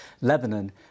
Lebanon